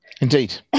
Indeed